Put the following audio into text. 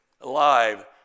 alive